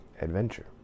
adventure